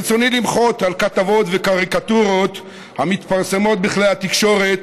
ברצוני למחות על כתבות וקריקטורות המתפרסמות בכלי התקשורת